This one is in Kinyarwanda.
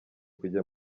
kujya